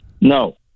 No